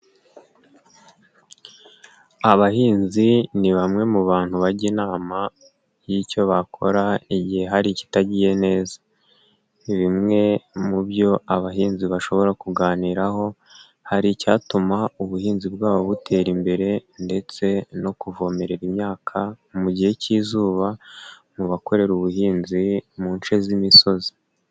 Abahinzi ni bamwe mu bantu bajya inama y'icyo bakora igihe hari ikitagiye neza. Bimwe mu byo abahinzi bashobora kuganiraho, hari icyatuma ubuhinzi bwabo butera imbere ndetse no kuvomerera imyaka mu gihe k'izuba, mu bakorera ubuhinzi mu nshe z'imisozi.